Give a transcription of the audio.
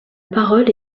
parole